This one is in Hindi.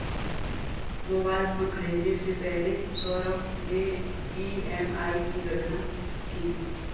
मोबाइल फोन खरीदने से पहले सौरभ ने ई.एम.आई की गणना की